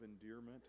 endearment